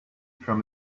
from